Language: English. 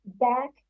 back